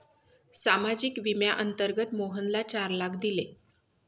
सामाजिक विम्याअंतर्गत मोहनला चार लाख दिले